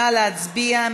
נא להצביע.